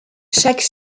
chaque